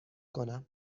کنم